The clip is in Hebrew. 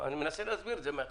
אני מנסה להסביר את זה מהתחלה.